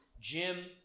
Jim